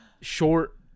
short